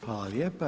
Hvala lijepa.